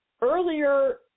earlier